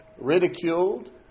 ridiculed